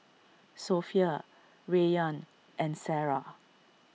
Sofea Rayyan and Sarah